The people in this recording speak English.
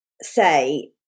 say